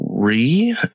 three